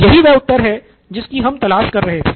यही वह उत्तर है जिसकी हम तलाश कर रहे थे